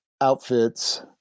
outfits